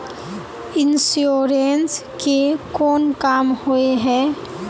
Insurance के कोन काम होय है?